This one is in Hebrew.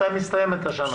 מתי מסתיימת השנה?